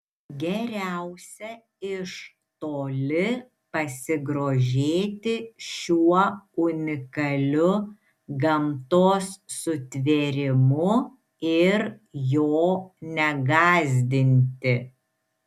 geriausia iš toli pasigrožėti šiuo unikaliu gamtos sutvėrimu ir jo negąsdinti